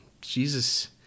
Jesus